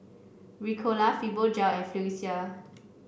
Ricola Fibogel and Floxia